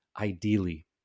ideally